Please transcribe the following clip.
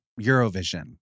Eurovision